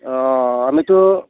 অঁ আমিতো